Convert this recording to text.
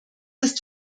ist